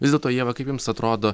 vis dėlto ieva kaip jums atrodo